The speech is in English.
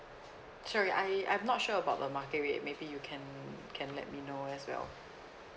sorry I I'm not sure about the market rate maybe you can can let me know as well